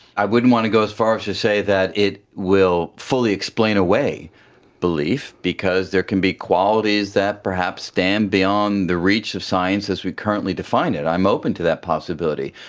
i wouldn't want to go as far as to say that it will fully explain away belief because there can be qualities that perhaps stand beyond the reach of science as we currently define it, i'm open to that possibility.